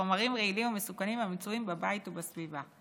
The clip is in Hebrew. לחומרים רעילים ומסוכנים המצויים בבית ובסביבה,